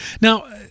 now